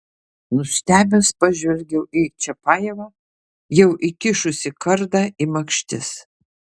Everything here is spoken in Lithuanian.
nustebęs pažvelgiau į čiapajevą jau įkišusį kardą į makštis